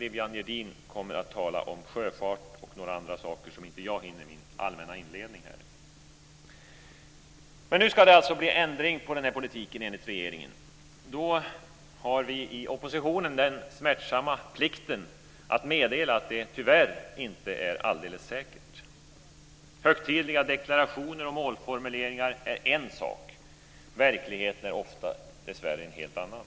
Viviann Gerdin kommer att tala om sjöfart och några andra saker som jag inte hinner med i min allmänna inledning. Nu ska det alltså enligt regeringen bli en ändring av politiken. Då har vi i oppositionen den smärtsamma plikten att meddela att det tyvärr inte är alldeles säkert. Högtidliga deklarationer och målformuleringar är en sak - verkligheten är ofta dessvärre en helt annan.